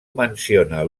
menciona